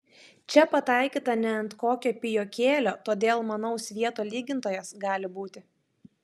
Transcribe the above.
čia pataikyta ne ant kokio pijokėlio todėl manau svieto lygintojas gali būti